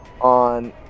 on